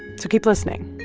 so keep listening.